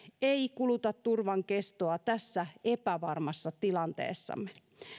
ei kuluta turvan kestoa tässä epävarmassa tilanteessamme